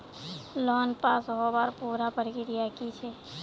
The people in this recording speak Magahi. लोन पास होबार पुरा प्रक्रिया की छे?